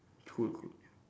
cool cool